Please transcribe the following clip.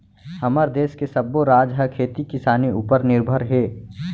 हमर देस के सब्बो राज ह खेती किसानी उपर निरभर हे